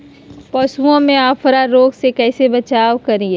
पशुओं में अफारा रोग से कैसे बचाव करिये?